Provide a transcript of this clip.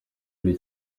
uri